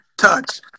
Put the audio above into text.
touch